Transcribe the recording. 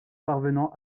parvenant